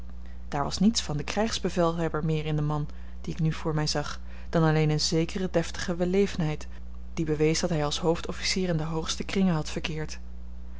daar was niets van den krijgsbevelhebber meer in den man dien ik nu voor mij zag dan alleen eene zekere deftige wellevendheid die bewees dat hij als hoofdofficier in de hoogste kringen had verkeerd